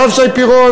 הרב שי פירון,